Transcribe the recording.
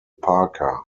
parker